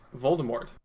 Voldemort